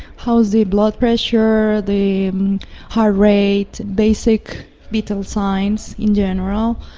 how is their blood pressure, the heart rate, basic vital signs in general.